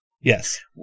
Yes